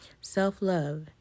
Self-love